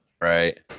Right